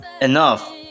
enough